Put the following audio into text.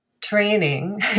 training